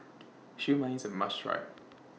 Siew Mai IS A must Try